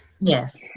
Yes